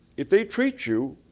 if they treat you,